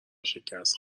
شکست